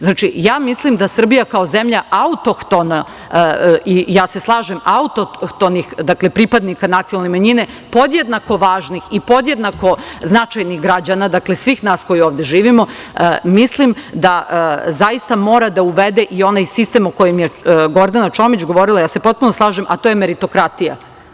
Znači, ja mislim da Srbija kao zemlja autohtona, autohtonih pripadnika nacionalne manjine, podjednako važnih i podjednako značajnih građana, dakle svih nas koji ovde živimo, zaista mora da uvede i onaj sistem o kojem je Gordana Čomić govorila, ja se potpuno slažem, a to je meritokratija.